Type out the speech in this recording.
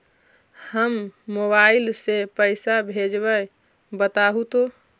हम मोबाईल से पईसा भेजबई बताहु तो?